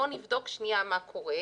בואו נבדוק שנייה מה קורה.